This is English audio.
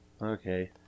Okay